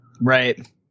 right